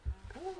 10:20.